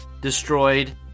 destroyed